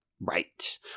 Right